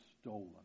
stolen